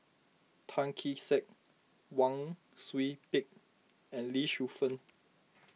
Tan Kee Sek Wang Sui Pick and Lee Shu Fen